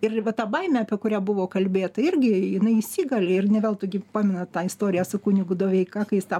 ir va ta baimė apie kurią buvo kalbėta irgi jinai įsigali ir ne veltui gi pamenat tą istoriją su kunigu doveika kai jis tą